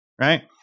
right